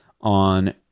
on